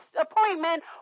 appointment